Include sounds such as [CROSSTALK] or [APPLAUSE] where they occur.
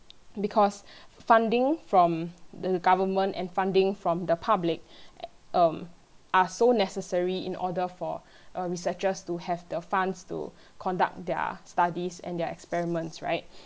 because [BREATH] funding from the government and funding from the public [BREATH] um are so necessary in order for [BREATH] uh researchers to have the funds to [BREATH] conduct their studies and their experiments right